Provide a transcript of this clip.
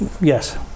Yes